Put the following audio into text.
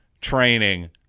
training